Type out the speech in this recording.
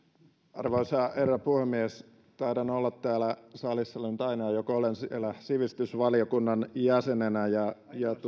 arvoisa herra puhemies taidan olla täällä salissa ainoa joka olen siellä sivistysvaliokunnan jäsenenä ja niin